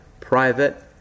private